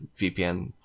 VPN